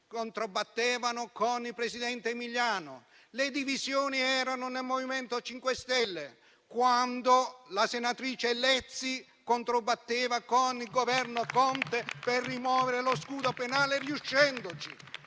controbattevano con il presidente Emiliano. Le divisioni erano nel MoVimento 5 Stelle, quando la senatrice Lezzi controbatteva con il Governo Conte per rimuovere lo scudo penale, riuscendoci